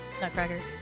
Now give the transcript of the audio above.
nutcracker